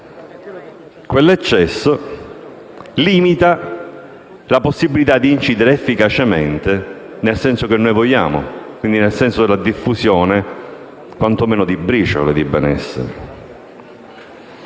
quest'Aula, limita la possibilità di incidere efficacemente nel senso che vogliamo, ossia nel senso della diffusione quanto meno di briciole di benessere.